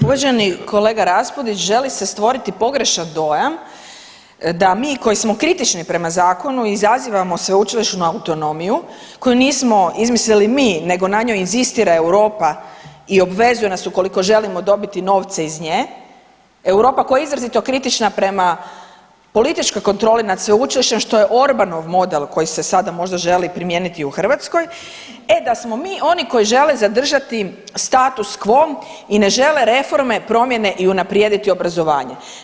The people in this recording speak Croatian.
Uvaženi kolega Raspudić želi se stvoriti pogrešan dojam da mi koji smo kritični prema zakonu izazivamo sveučilišnu autonomiju koju nismo izmislili mi nego na njoj inzistira Europa i obvezuje nas ukoliko želimo dobiti novce iz nje, Europa koja ja izrazito kritična prema političkoj kontroli nad sveučilištem što je Orbanov model koji se sada može želi primijeniti u Hrvatskoj, e da smo mi oni koji žele zadržati status quo i ne žele reforme, promjene i unaprijediti obrazovanje.